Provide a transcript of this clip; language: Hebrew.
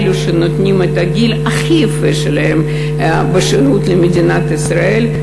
אלה שנותנים בגיל הכי יפה שלהם שירות למדינת ישראל,